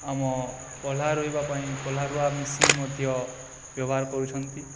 ଆମ ପହ୍ଲା ରୁଇବା ପାଇଁ ପହ୍ଲା ରୁଆ ମେସିନ୍ ମଧ୍ୟ ବ୍ୟବହାର କରୁଛନ୍ତି